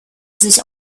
sich